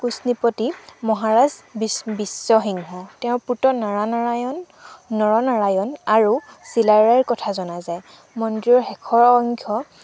কোন নৃপতি মহাৰাজ বিশ্ বিশ্বসিংহ তেওঁৰ পুত্ৰ নৰনাৰায়ন নৰনাৰায়ন আৰু চিলাৰায়ৰ কথা জনা যায় মন্দিৰৰ শেষৰ অংশ